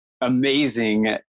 amazing